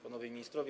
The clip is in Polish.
Panowie Ministrowie!